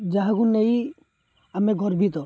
ଯାହାକୁ ନେଇ ଆମେ ଗର୍ବିତ